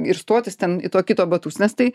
ir stotis ten į to kito batus nes tai